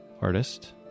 artist